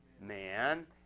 man